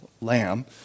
lamb